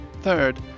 Third